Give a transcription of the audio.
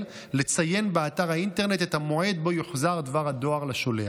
לציין באתר האינטרנט את המועד שבו יוחזר דבר הדואר לשולח.